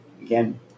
Again